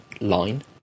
line